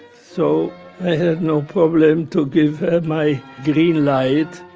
so i had no problem to give her my green light